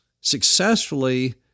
successfully